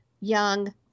young